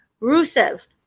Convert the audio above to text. Rusev